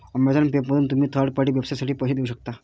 Amazon पेमधून तुम्ही third party वेबसाइटसाठी पैसे देऊ शकता